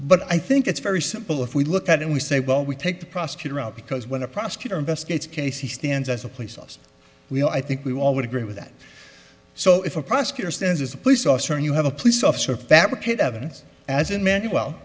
but i think it's very simple if we look at and we say well we take the prosecutor out because when a prosecutor investigates case he stands as a police officer we all i think we all would agree with that so if a prosecutor stands as a police officer and you have a police officer fabricate evidence as in many well